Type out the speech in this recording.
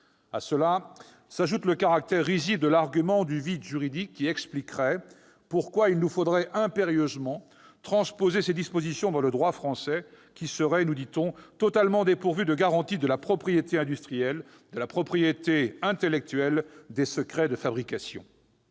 À cela s'ajoute le caractère risible de l'argument du vide juridique, qui expliquerait l'impérieuse nécessité de transposer ces dispositions dans le droit français, lequel serait, nous dit-on, totalement dépourvu de garanties de la propriété industrielle, de la propriété intellectuelle des secrets de fabrication.